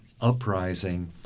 uprising